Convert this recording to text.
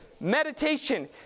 Meditation